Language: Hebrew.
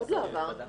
הבעיה שלנו,